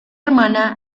hermana